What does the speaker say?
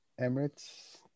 Emirates